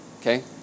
okay